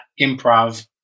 improv